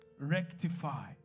Rectify